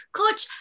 coach